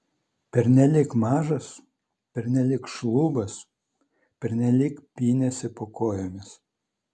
pernelyg mažas pernelyg šlubas pernelyg pynėsi po kojomis